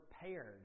prepared